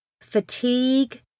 fatigue